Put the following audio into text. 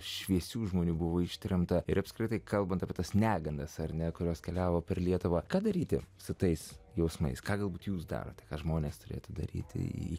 šviesių žmonių buvo ištremta ir apskritai kalbant apie tas negandas ar ne kurios keliavo per lietuvą ką daryti su tais jausmais ką galbūt jūs darote ką žmonės turėtų daryti į